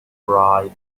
writes